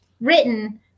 written